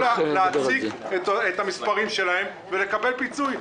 להציג את המספרים שלהם ולקבל פיצוי?